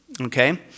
okay